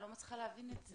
אני לא מצליחה להבין את זה.